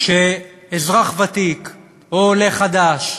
שאזרח ותיק או עולה חדש